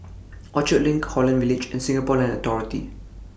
Orchard LINK Holland Village and Singapore Land Authority